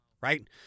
right